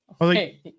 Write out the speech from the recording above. Okay